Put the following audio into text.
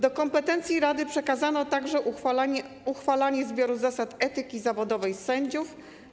Do kompetencji rady przekazano także uchwalanie zbioru zasad etyki zawodowej sędziów.